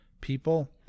people